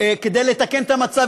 כדי לתקן את המצב.